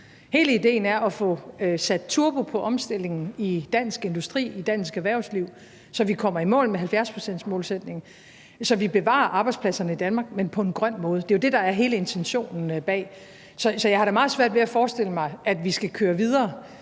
Hele idéen er at få sat turbo på omstillingen i dansk industri, i dansk erhvervsliv, så vi kommer i mål med 70-procentsmålsætningen, så vi bevarer arbejdspladserne i Danmark, men på en grøn måde. Det er jo det, der er hele intentionen bag. Så jeg har da meget svært ved at forestille mig, at vi skal køre videre,